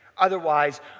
Otherwise